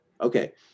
Okay